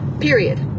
period